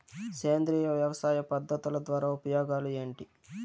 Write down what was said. సేంద్రియ వ్యవసాయ పద్ధతుల ద్వారా ఉపయోగాలు ఏంటి?